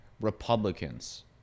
Republicans